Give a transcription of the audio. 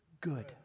Good